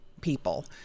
people